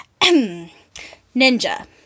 ninja